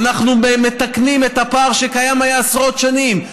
אנחנו מתקנים את הפער שהיה קיים עשרות שנים,